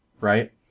right